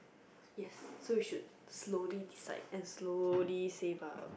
yes we should slowly like and slowly save up